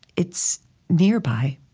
it's nearby.